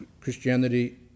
Christianity